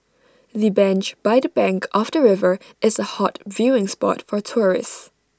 the bench by the bank of the river is A hot viewing spot for tourists